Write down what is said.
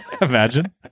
Imagine